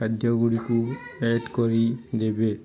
ଖାଦ୍ୟଗୁଡ଼ିକୁ add କରିଦେବେ